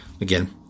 again